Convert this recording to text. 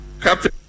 Captain